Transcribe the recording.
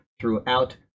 throughout